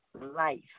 life